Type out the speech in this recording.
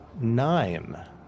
Nine